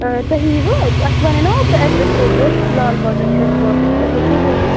آ تُہۍ یِیِٕوٕ اَسہِ وَنے نا اوترٕ ایٚڈرَس ویڈرَس لال بازر چھُ اَسہِ واتُن تُہۍ ہیٚکِوٕ وٲتِتھ